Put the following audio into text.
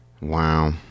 wow